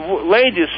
ladies